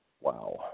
Wow